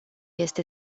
este